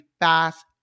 fast